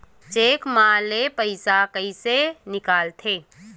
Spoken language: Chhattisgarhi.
चेक म ले पईसा कइसे निकलथे?